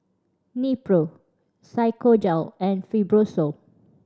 Nepro Physiogel and Fibrosol